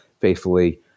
faithfully